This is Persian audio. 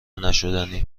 نشدنی